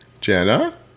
Jenna